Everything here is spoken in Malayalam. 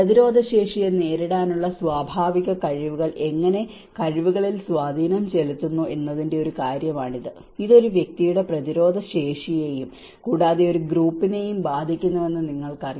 പ്രതിരോധശേഷിയെ നേരിടാനുള്ള സ്വാഭാവിക കഴിവുകൾ എങ്ങനെ കഴിവുകളിൽ സ്വാധീനം ചെലുത്തുന്നു എന്നതിന്റെ ഒരു കാര്യമാണിത് ഇത് ഒരു വ്യക്തിയുടെ പ്രതിരോധശേഷിയെയും കൂടാതെ ഒരു ഗ്രൂപ്പിനെയും ബാധിക്കുന്നുവെന്ന് നിങ്ങൾക്കറിയാം